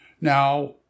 Now